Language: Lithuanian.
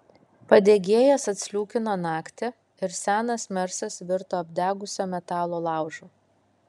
padegėjas atsliūkino naktį ir senas mersas virto apdegusio metalo laužu